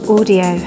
Audio